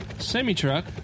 Semi-truck